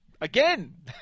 again